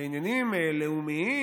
ועניינים לאומיים.